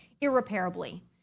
irreparably